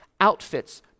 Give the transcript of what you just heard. outfits